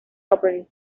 operating